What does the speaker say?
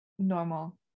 normal